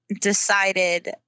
decided